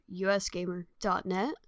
usgamer.net